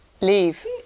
Leave